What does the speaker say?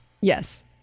Yes